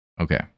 Okay